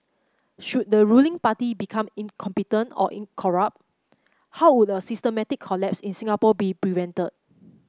should the ruling party become incompetent or in corrupt how would a systematic collapse in Singapore be prevented